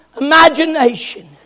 imagination